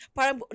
Parang